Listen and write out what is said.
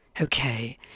Okay